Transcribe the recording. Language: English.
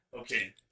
Okay